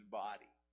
body